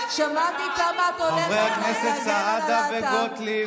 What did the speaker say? שמעתי גם אותך אומרת עד כמה את הולכת להגן על הלהט"ב.